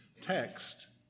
text